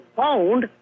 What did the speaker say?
found